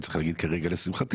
אני צריך להגיד כרגע לשמחתי,